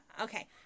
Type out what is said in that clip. Okay